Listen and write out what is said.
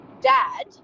dad